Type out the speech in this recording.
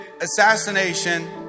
assassination